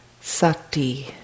Sati